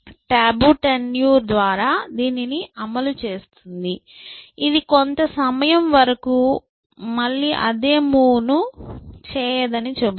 టబు టెన్యూర్ద్వారా దీనిని అమలు చేస్తుంది ఇది కొంత సమయం వరకు మళ్లీ అదే మూవ్ ను చేయదని చెబుతుంది